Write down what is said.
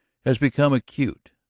has become acute,